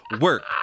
work